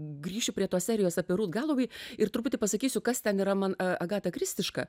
grįšiu prie tos serijos apie rut galovei ir truputį pasakysiu kas ten yra man agatakristiška